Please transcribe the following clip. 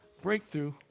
breakthrough